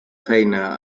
feina